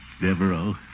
Devereaux